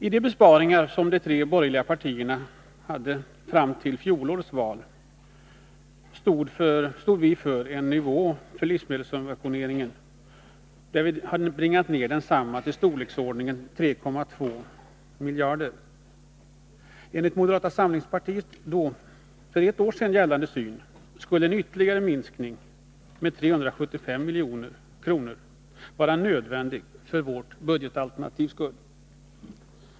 I de besparingsförslag som de tre borgerliga partierna fram till fjolårets val stod för, hade nivån för livsmedelssubventioneringen bringats ned till storleksordningen 3,2 miljarder. Enligt moderata samlingspartiets då, för ett år sedan, gällande syn skulle en ytterligare minskning med 375 milj.kr. vara nödvändig för vårt budgetalternativs skull.